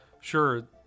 sure